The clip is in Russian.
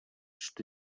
что